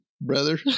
brother